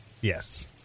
Yes